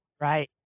Right